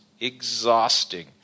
exhausting